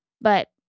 But-